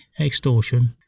extortion